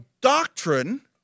doctrine